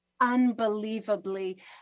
unbelievably